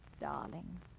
Darling